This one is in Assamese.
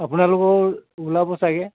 আপোনালোকৰো ওলাব চাগৈ